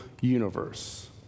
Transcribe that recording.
universe